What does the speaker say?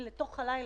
מה קורה בחודש